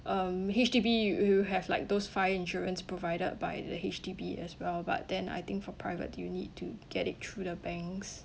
um H_D_B you you have like those fire insurance provided by the H_D_B as well but then I think for private you need to get it through the banks